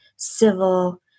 civil